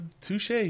touche